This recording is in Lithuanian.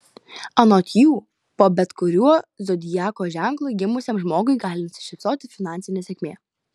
anot jų po bet kuriuo zodiako ženklu gimusiam žmogui gali nusišypsoti finansinė sėkmė